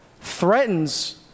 threatens